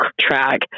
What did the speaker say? track